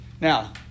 Now